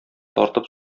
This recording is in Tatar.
тартып